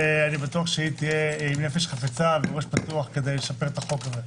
אני בטוח שתהיה עם נפש חפצה וראש פתוח לשפר את החוק הזה.